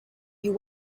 you